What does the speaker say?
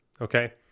Okay